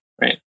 right